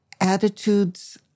attitudes